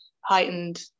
heightened